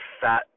fat